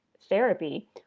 therapy